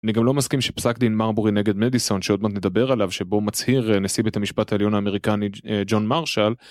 אני גם לא מסכים שפסק דין מרבורי נגד מדיסון שעוד מעט נדבר עליו שבו מצהיר נשיא בית המשפט העליון האמריקני ג'ון מרשל.